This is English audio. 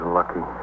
lucky